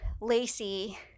Lacey